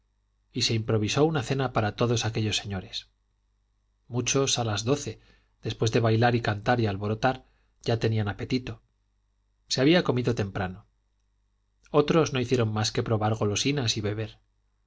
y se improvisó una cena para todos aquellos señores muchos a las doce después de bailar y cantar y alborotar ya tenían apetito se había comido temprano otros no hicieron más que probar golosinas y beber